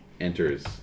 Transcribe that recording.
enters